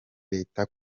leta